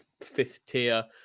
fifth-tier